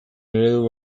eredu